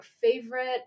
favorite